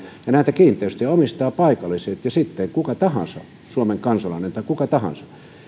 näitä kiinteistöjä omistavat paikalliset ja sitten kuka tahansa suomen kansalainen tai kuka tahansa